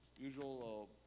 usual